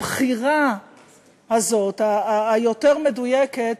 הבחירה הזאת היותר-מדויקת,